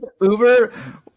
Uber